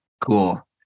Cool